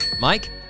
Mike